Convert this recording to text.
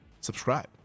subscribe